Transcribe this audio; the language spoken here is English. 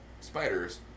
spiders